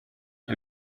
ibi